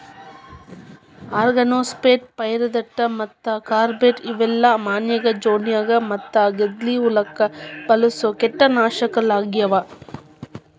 organophosphate, pyrethroid ಮತ್ತ carbamate ಇವೆಲ್ಲ ಮನ್ಯಾಗ ಜೊಂಡಿಗ್ಯಾ ಮತ್ತ ಗೆದ್ಲಿ ಹುಳಕ್ಕ ಬಳಸೋ ಕೇಟನಾಶಕಗಳಾಗ್ಯಾವ